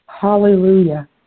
Hallelujah